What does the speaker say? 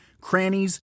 crannies